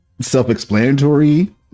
self-explanatory